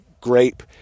grape